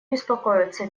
беспокоиться